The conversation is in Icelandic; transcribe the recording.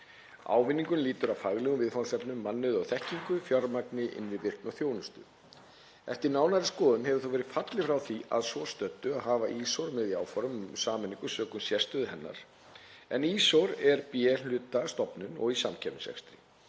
Ávinningur lýtur að faglegum viðfangsefnum, mannauði og þekkingu, fjármagni, innri virkni og þjónustu. Eftir nánari skoðun hefur þó verið fallið frá því að svo stöddu að hafa ÍSOR með í áformum um sameiningu sökum sérstöðu hennar, en ÍSOR er B-hluta stofnun og í samkeppnisrekstri.